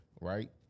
right